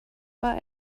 war